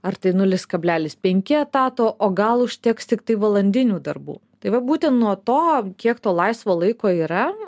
ar tai nulis kablelis penki etato o gal užteks tiktai valandinių darbų tai va būtent nuo to kiek to laisvo laiko yra